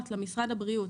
אמרת שלמשרד הבריאות